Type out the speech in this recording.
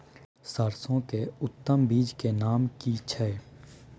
सरसो के उत्तम बीज के नाम की छै?